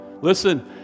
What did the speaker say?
Listen